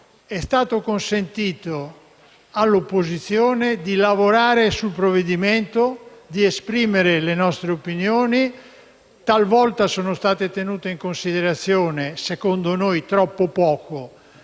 è stato consentito all'opposizione di lavorare sul provvedimento e di esprimere le sue opinioni, opinioni che talvolta sono state tenute in considerazione - secondo noi, troppo poco